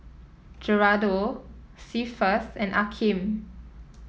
Geraldo Cephus and Akeem